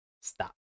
Stop